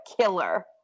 killer